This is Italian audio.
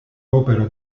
opera